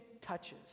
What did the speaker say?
touches